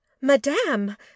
Madame